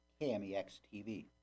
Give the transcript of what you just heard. KMEX-TV